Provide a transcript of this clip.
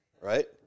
right